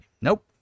Nope